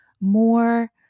more